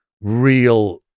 real